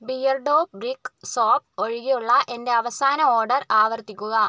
Beardo brick soap ഒഴികെയുള്ള എന്റെ അവസാന ഓഡർ ആവർത്തിക്കുക